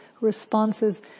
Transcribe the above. responses